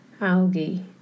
algae